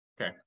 Okay